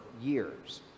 years